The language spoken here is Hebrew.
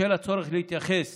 בשל הצורך להתייחס